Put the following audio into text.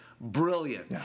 Brilliant